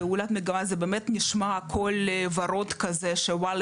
פעולת מגמה זה באמת נשמע הכל ורוד כזה שוואלה